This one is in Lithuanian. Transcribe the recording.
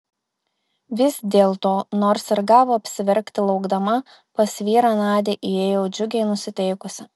vis dėlto nors ir gavo apsiverkti laukdama pas vyrą nadia įėjo džiugiai nusiteikusi